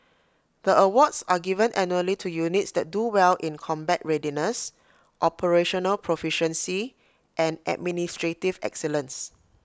the awards are given annually to units that do well in combat readiness operational proficiency and administrative excellence